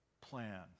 plan